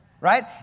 Right